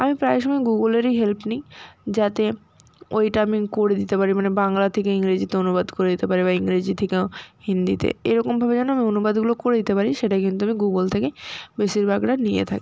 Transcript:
আমি প্রায় সময় গুগোলেরই হেল্প নিই যাতে ওইটা আমি করে দিতে পারি মানে বাংলা থেকে ইংরেজিতে অনুবাদ করে দিতে পারি বা ইংরেজি থেকেও হিন্দিতে এরকমভাবে যেন আমি অনুবাদগুলো করে দিতে পারি সেটা কিন্তু আমি গুগল থেকে বেশিরভাগটা নিয়ে থাকি